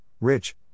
rich